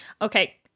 Okay